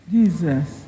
Jesus